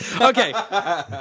Okay